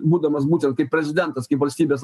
būdamas būtent kaip prezidentas kaip valstybės